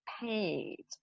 paid